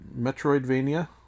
Metroidvania